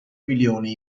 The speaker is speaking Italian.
milioni